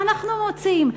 מה אנחנו מוצאים?